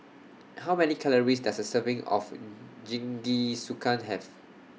How Many Calories Does A Serving of Jingisukan Have